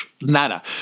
Nada